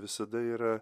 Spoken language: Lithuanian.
visada yra